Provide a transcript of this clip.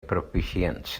proficiency